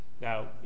Now